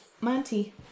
Monty